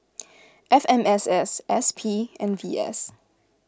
F M S S S P and V S